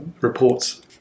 reports